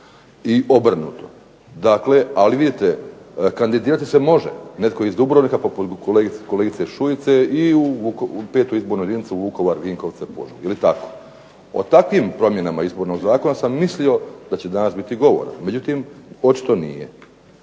i obrnuto. Dakle ali vidite kandidirati se može netko iz Dubrovnika poput kolegice Šuice i u 5. izbornoj jedinici u Vukovaru, Vinkovci, Požega, je li tako? O takvim promjenama izbornog zakona sam mislio da će danas biti govora, međutim očito nije.